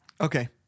Okay